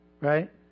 Right